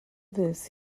this